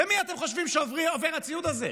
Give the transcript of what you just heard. למי אתם חושבים שעובר הציוד הזה?